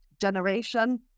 generation